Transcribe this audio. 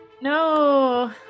No